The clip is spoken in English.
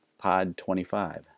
POD25